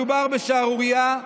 מדובר בשערורייה.